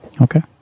Okay